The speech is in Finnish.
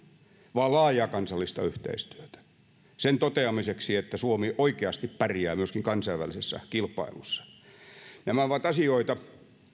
vaan tarvitaan laajaa kansallista yhteistyötä sen toteamiseksi että suomi oikeasti pärjää myöskin kansainvälisessä kilpailussa nämä ovat asioita